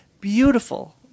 beautiful